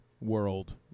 world